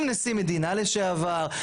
עם נשיא מדינה לשעבר.